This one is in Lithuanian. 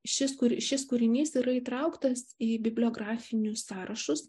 šis kur šis kūrinys yra įtrauktas į bibliografinius sąrašus